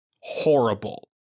horrible